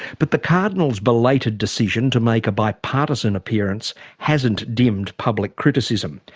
but the cardinal's belated decision to make a bipartisan appearance hasn't dimmed public criticism.